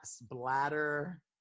bladder